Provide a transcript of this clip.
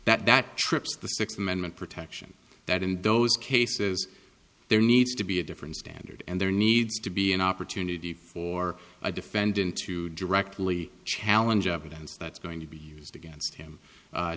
creates that trips the sixth amendment protection that in those cases there needs to be a different standard and there needs to be an opportunity for a defendant to directly challenge evidence that's going to be used against him